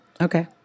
Okay